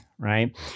right